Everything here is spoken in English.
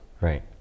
Right